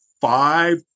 Five